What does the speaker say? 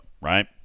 right